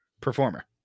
performer